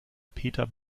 peter